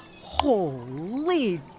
Holy